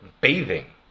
bathing